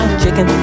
chicken